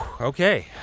Okay